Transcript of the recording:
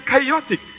chaotic